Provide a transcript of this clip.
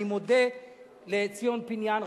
אני מודה לציון פיניאן,